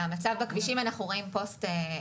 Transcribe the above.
שהמצב בכבישים הולך ומחמיר.